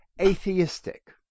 atheistic